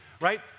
right